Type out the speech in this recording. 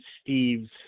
Steve's